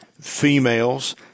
females